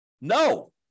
No